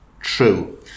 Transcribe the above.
true